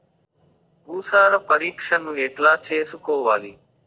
భూసార పరీక్షను ఎట్లా చేసుకోవాలి?